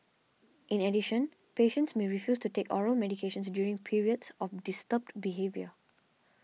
in addition patients may refuse to take oral medications during periods of disturbed behaviour